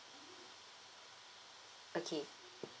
okay